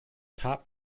top